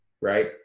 right